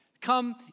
come